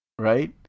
right